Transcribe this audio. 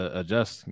adjust